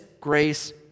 grace